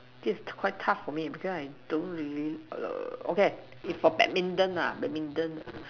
this is quite tough for me because I don't really err okay if for badminton nah badminton